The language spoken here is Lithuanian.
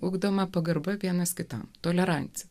ugdoma pagarba vienas kitam tolerancija